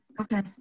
Okay